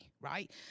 right